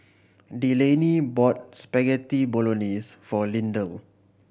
Delaney bought Spaghetti Bolognese for Lindell